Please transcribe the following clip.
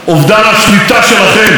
אובדן השליטה שלכם.